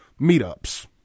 meetups